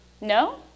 No